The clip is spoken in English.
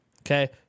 Okay